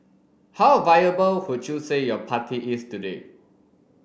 how a viable would you say your party is today